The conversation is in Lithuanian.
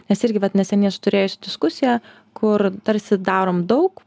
nes irgi vat neseniai esu turėjusi diskusiją kur tarsi darom daug